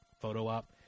photo-op